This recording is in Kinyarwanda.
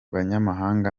banyamahanga